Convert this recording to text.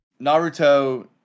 Naruto